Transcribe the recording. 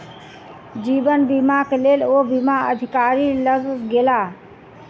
जीवन बीमाक लेल ओ बीमा अधिकारी लग गेला